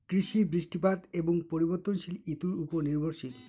কৃষি বৃষ্টিপাত এবং পরিবর্তনশীল ঋতুর উপর নির্ভরশীল